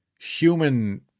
human